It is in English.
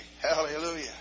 Hallelujah